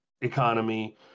economy